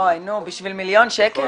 אוי נו, בשביל מיליון שקל?